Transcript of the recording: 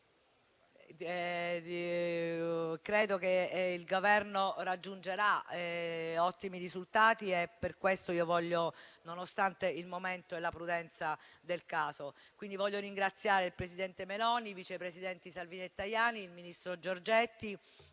credo che il Governo raggiungerà ottimi risultati, nonostante il momento e la prudenza del caso. Voglio quindi ringraziare il presidente Meloni, i vice presidenti Salvini e Tajani, il ministro Giorgetti,